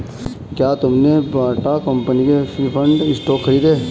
क्या तुमने Bata company के प्रिफर्ड स्टॉक खरीदे?